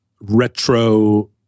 retro